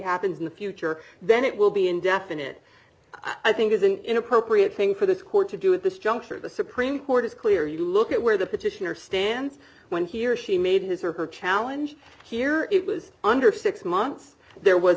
happens in the future then it will be indefinite i think is an inappropriate thing for the court to do at this juncture the supreme court is clear you look at where the petitioner stands when he or she made his or her challenge here it was under six months there was